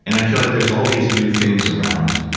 and i feel like there's all these new things around,